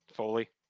Foley